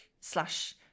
slash